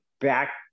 back